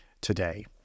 today